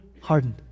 hardened